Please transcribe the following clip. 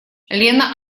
лена